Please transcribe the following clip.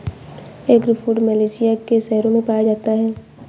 eggfruit Malaysia के शहरों में पाया जाता है